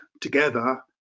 together